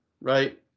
right